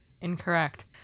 incorrect